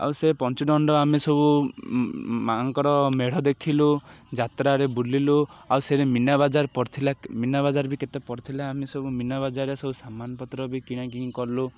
ଆଉ ସେ ପଞ୍ଚୁଦଣ୍ଡ ଆମେ ସବୁ ମା'ଙ୍କର ମେଢ଼ ଦେଖିଲୁ ଯାତ୍ରାରେ ବୁଲିଲୁ ଆଉ ସେରେ ମିନା ବଜାର ପଡ଼ିଥିଲା ମିନା ବଜାର ବି କେତେ ପଡ଼ି ଥିଲା ଆମେ ସବୁ ମିନା ବଜାରରେ ସବୁ ସାମାନପତ୍ର ବି କିଣାକିଣି କଲୁ